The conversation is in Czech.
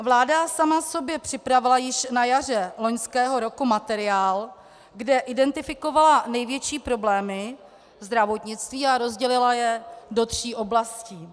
Vláda sama sobě připravila již na jaře loňského roku materiál, kde identifikovala největší problémy zdravotnictví a rozdělila je do tří oblastí.